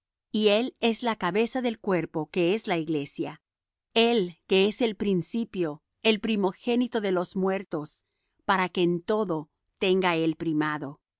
y él es la cabeza del cuerpo que es la iglesia él que es el principio el primogénito de los muertos para que en todo tenga el primado